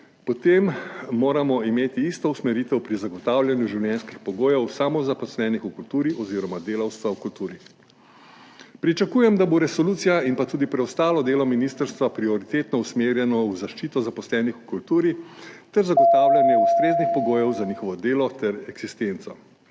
potem moramo imeti isto usmeritev pri zagotavljanju življenjskih pogojev samozaposlenih v kulturi oziroma delavca v kulturi. Pričakujem, da bo resolucija in pa tudi preostalo delo ministrstva prioritetno usmerjeno v zaščito zaposlenih v kulturi ter zagotavljanje ustreznih pogojev za njihovo delo ter eksistenco.